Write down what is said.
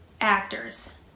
actors